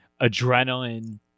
adrenaline